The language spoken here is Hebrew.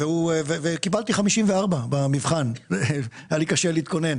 כשקיבלתי 54 במבחן כי היה לי קשה להתכונן,